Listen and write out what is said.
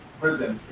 prison